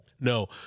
No